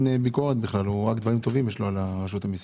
ביקורת אלא רק דברים טובים לומר על רשות המסים.